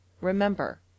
Remember